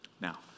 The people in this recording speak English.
now